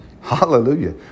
Hallelujah